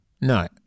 No